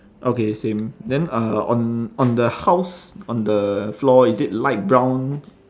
okay same then uh on on the house on the floor is it light brown